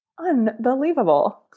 Unbelievable